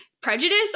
prejudice